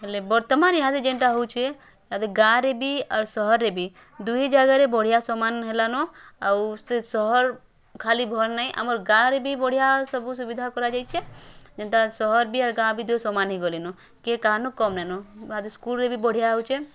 ହେଲେ ବର୍ତ୍ତମାନ୍ ଇହାଦେ ଯେନ୍ଟା ହଉଚେଁ ଇହାଦେ ଗାଁରେ ବି ଆର୍ ସହରରେ ବି ଦୁହେଁ ଜାଗାରେ ବଢ଼ିଆ ସମାନ୍ ହେଲାନ ଆଉ ସେ ସହର୍ ଖାଲି ଭଲ୍ ନାହିଁ ଆମର୍ ଗାଁରେ ବି ବଢ଼ିଆ ସବୁ ସୁବିଧା କରାଯାଇଛେ ଯେନ୍ତା ସହର୍ ବି ଆର୍ ଗାଁ ଭିତରେ ସମାନ୍ ହେଇଗଲେନ କିଏ କାହାନୁ କମ୍ ନାହିଁନ ଇହାଦେ ସ୍କୁଲ୍ରେ ବି ବଢ଼ିଆ ହେଉଛେ